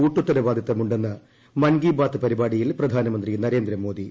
കൂട്ടുത്തരവാദിത്വമുണ്ടെന്ന് മൻകി ബാത്ത് പരിപാടിയിൽ പ്രധാനമന്ത്രി നരേന്ദ്രമോദി